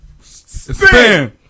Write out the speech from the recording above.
spin